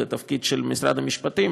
זה תפקיד משרד המשפטים,